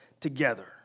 together